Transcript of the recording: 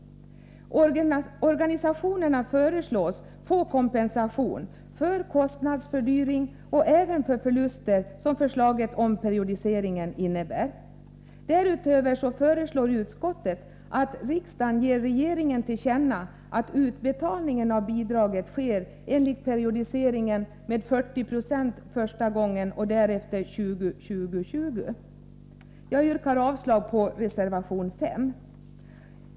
Organisationerna föreslås få kompensation för kostnadsfördyring och för förluster som förslaget om periodisering innebär. Därutöver föreslår utskottet att riksdagen ger regeringen till känna att utbetalningen av bidraget skall ske enligt periodiseringen med 40 96 första gången-och därefter 20 96, och slutligen 20 70. Jag yrkar avslag på reservation 5.